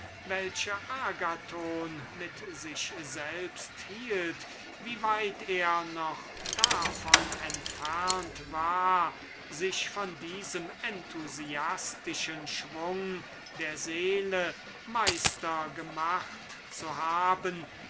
welche agathon mit sich selbst hielt daß er noch weit davon entfernt ist sich von diesem enthusiastischen schwung der seele meister gemacht zu haben